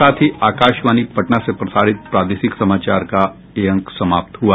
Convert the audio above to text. इसके साथ ही आकाशवाणी पटना से प्रसारित प्रादेशिक समाचार का ये अंक समाप्त हुआ